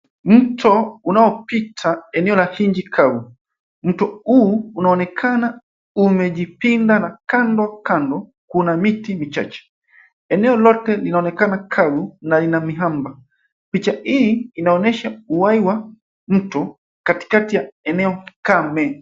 Mto unaopita eneo la nchi kavu. Mto huu unaonekana umejipinda na kandokando kuna miti michache. Eneo lote linaonekana kavu na lina miamba. Picha hii inaonyesha uhai wa mto katikati ya eneo kame.